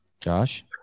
Josh